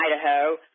Idaho